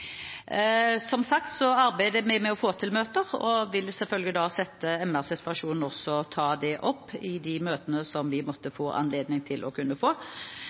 Som sagt arbeider vi med å få til møter og vil selvfølgelig ta opp menneskerettighetssituasjonen i de møtene vi måtte få anledning til. Jeg føler også veldig sterkt behov for å